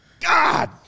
God